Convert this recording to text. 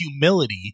humility